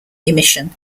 emission